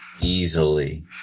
easily